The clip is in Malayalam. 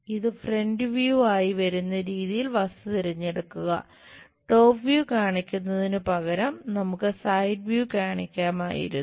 ഇത് ഫ്രണ്ട് വ്യൂ കാണിക്കാമായിരുന്നു